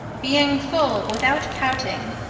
being full without pouting,